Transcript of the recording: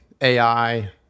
AI